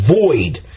void